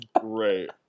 great